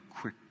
quick